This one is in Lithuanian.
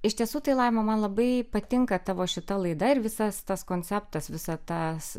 iš tiesų tai laima man labai patinka tavo šita laida ir visas tas konceptas visa tas